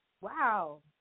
Wow